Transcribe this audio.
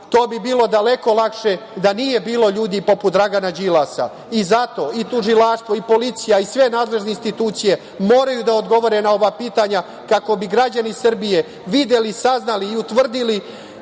to bi bilo daleko lakše da nije bilo ljudi poput Dragana Đilasa. Zato, i tužilaštvo i policija i sve nadležne institucije moraju da odgovore na ova pitanja, kako bi građani Srbije videli, saznali i utvrdili